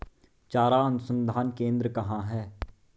चारा अनुसंधान केंद्र कहाँ है?